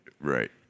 Right